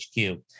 HQ